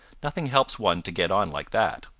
nothing helps one to get on like that.